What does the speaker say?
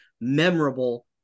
memorable